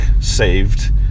Saved